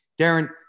Darren